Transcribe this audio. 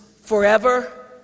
forever